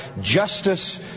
justice